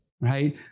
right